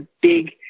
big